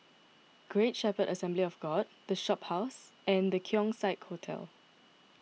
Great Shepherd Assembly of God the Shophouse and the Keong Saik Hotel